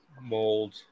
mold